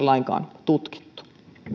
lainkaan tutkittu